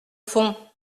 fond